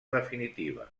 definitiva